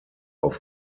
auf